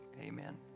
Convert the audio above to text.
amen